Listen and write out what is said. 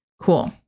Cool